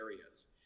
areas